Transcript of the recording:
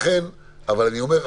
אבל אני אומר,